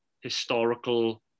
historical